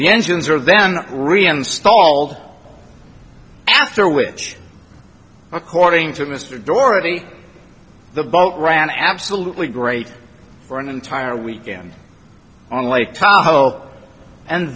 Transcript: engines are then reinstalled after which according to mr dorothy the boat ran absolutely great for an entire weekend on lake tahoe and